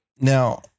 Now